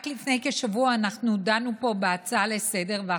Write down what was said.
רק לפני כשבוע אנחנו דנו בו בהצעה לסדר-היום,